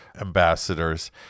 ambassadors